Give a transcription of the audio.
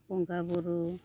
ᱵᱚᱸᱜᱟ ᱵᱩᱨᱩ